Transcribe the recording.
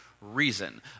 reason